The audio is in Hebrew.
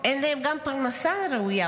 גם אין להם פרנסה ראויה.